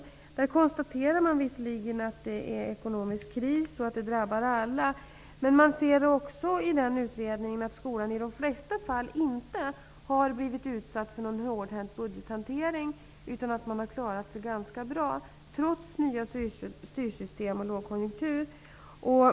I rapporten konstaterar man visserligen att det råder ekonomisk kris och att det drabbar alla, men man säger också att skolan i de flesta fall inte har blivit utsatt för någon hårdhänt budgethantering utan att man har klarat sig ganska bra, trots nya styrsystem och lågkonjunktur.